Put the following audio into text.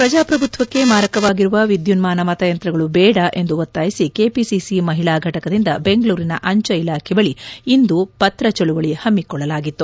ಪ್ರಜಾಪ್ರಭುತ್ವಕ್ಕೆ ಮಾರಕವಾಗಿರುವ ವಿದ್ಯುನ್ಮಾನ ಮತ ಯಂತ್ರಗಳು ಬೇಡ ಎಂದು ಒತ್ತಾಯಿಸಿ ಕೆಪಿಸಿಸಿ ಮಹಿಳಾ ಫಟಕದಿಂದ ಬೆಂಗಳೂರಿನ ಅಂಚೆ ಇಲಾಖೆ ಬಳಿ ಇಂದು ಪತ್ರ ಚಳವಳಿ ಹಮ್ಮಿಕೊಳ್ಳಲಾಗಿತ್ತು